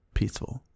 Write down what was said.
peaceful